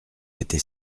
était